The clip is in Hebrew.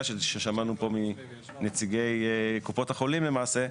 ששמענו פה מנציגי קופות החולים למעשה,